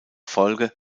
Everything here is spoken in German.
folge